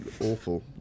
Awful